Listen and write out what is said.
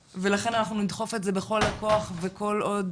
ולכן אנחנו נדחוף את זה בכל הכוח וכל עוד